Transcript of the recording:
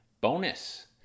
Bonus